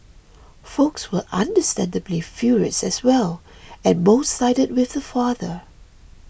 folks were understandably furious as well and most sided with the father